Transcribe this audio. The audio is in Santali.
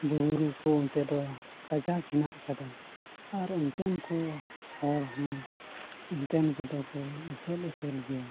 ᱵᱩᱨᱩ ᱠᱚ ᱚᱱᱛᱮ ᱫᱚ ᱠᱟᱡᱟᱠ ᱦᱮᱱᱟᱜ ᱟᱠᱟᱫᱟ ᱟᱨ ᱚᱱᱛᱮᱱ ᱠᱚ ᱦᱚᱲ ᱦᱚᱸ ᱚᱱᱛᱮᱱ ᱠᱚᱫᱚ ᱠᱚ ᱮᱸᱥᱮᱞ ᱮᱸᱥᱮᱞ ᱜᱮᱭᱟ